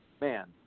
man